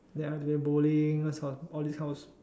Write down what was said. then I play bowling all this all this kind of